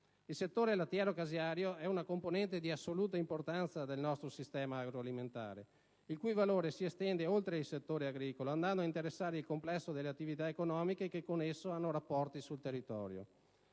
Il settore lattiero-caseario è una componente di assoluta importanza del nostro sistema agro-alimentare, il cui valore si estende oltre il settore agricolo, andando a interessare il complesso delle attività economiche che, con esso, hanno rapporti sul territorio.